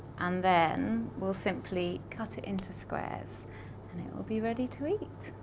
and then, we'll simply cut it into squares and it will be ready to eat.